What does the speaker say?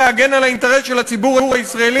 להתייחס לסוגיית הגז,